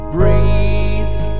Breathe